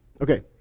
Okay